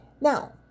Now